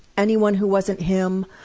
anyone who wasn't him!